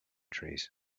trees